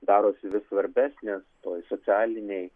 darosi vis svarbesnės toj socialinėj